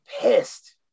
pissed